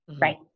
Right